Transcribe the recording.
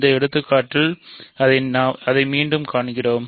இந்த எடுத்துக்காட்டில் அதை மீண்டும் காண்கிறோம்